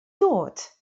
dod